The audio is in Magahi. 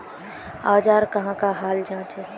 औजार कहाँ का हाल जांचें?